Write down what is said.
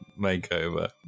makeover